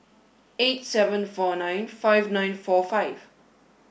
eight seven four nine five nine four five